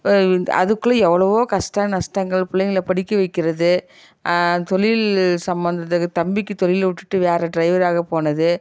இந்த அதுக்குள்ளே எவ்வளோவோ கஷ்ட நஷ்டங்கள் பிள்ளைங்கள படிக்க வைக்கிறது தொழில் சம்மந்த த தம்பிக்கு தொழில விட்டுட்டு வேறு ட்ரைவராகப் போனது